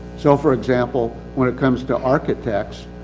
so for example, when it comes to architects,